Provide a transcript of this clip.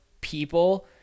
people